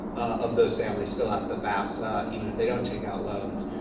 of those families, fill out the fafsa even if they don't take out loans,